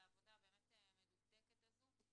על העבודה הבאמת מדוקדקת הזו,